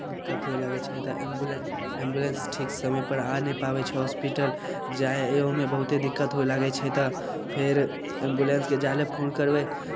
दिक्कत होइ लागै छै तऽ एम्बुलेन्स एम्बुलेन्स ठीक समय पर आ नहि पाबैत छै होस्पिटल जाइओमे बहुत दिक्कत हुए लागैत छै तऽ फेर एम्बुलेन्सके जले फोन करबै